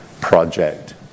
project